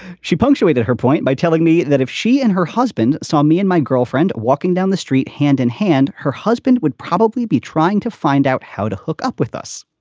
she punctuated her point by telling me that if she and her husband saw me and my girlfriend walking down the street hand-in-hand, her husband would probably be trying to find out how to hook up with us.